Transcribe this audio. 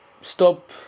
stop